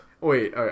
Wait